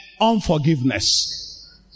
unforgiveness